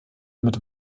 mit